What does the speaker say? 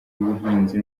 ubuhinzi